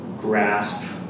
grasp